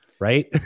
right